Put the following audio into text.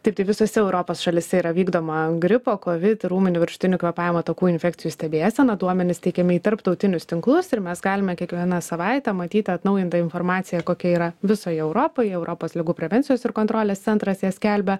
taip tai visose europos šalyse yra vykdoma gripo kovid ir ūminių viršutinių kvėpavimo takų infekcijų stebėsena duomenys teikiami į tarptautinius tinklus ir mes galime kiekvieną savaitę matyti atnaujintą informaciją kokia yra visoje europoje europos ligų prevencijos ir kontrolės centras ją skelbia